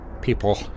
people